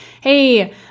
Hey